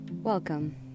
Welcome